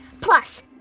Plus